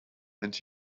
and